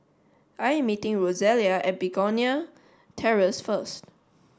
I am meeting Rosalia at Begonia Terrace first